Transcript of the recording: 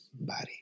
body